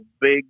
big